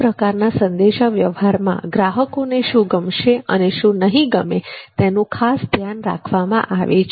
આ પ્રકારના સંદેશાવ્યવહારમાં ગ્રાહકોને શું ગમશે અને શું નહીં ગમે તેનુ ખાસ ધ્યાન રાખવામાં આવે છે